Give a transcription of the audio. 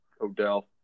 Odell